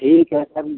ठीक है सर